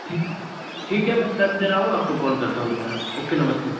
ठीक ठीक है मैं कर दे रहा हूँ आपको कॉल करता हूँ दुबारा ओके नमस्ते